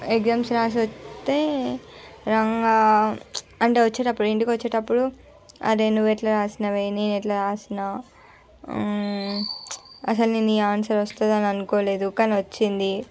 exams వ్రాసి వస్తే ఇంకా అంటే వచ్చేటప్పుడు ఇంటికి వచ్చేటప్పుడు అదే నువ్వు ఎట్లా వ్రాసినవే నేను ఎట్లా వ్రాసినా అసలు నేను ఈ ఆన్సర్ వస్తుందని అనుకోలేదు కానీ వచ్చింది